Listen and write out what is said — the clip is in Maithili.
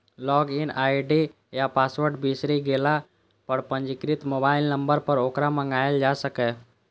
लॉग इन आई.डी या पासवर्ड बिसरि गेला पर पंजीकृत मोबाइल नंबर पर ओकरा मंगाएल जा सकैए